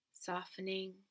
softening